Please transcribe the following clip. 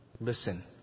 listen